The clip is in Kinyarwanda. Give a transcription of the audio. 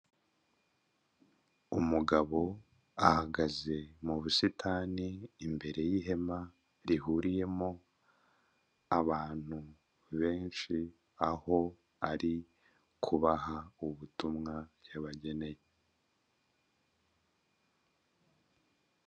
Umugabo ahagaze mu busitani imbere y'ihema rihuriyemo abantu benshi, aho ari kubaha ubutumwa yabageneye.